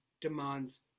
demands